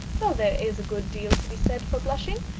well, there is a good deal to be said for blushing,